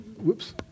Whoops